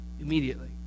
Immediately